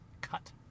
Cut